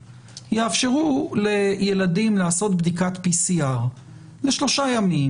יאפשרו לילדים לעשות בדיקת PCR לשלושה ימים,